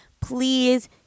please